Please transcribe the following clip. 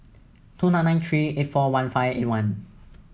two nine nine three eight four one five eight one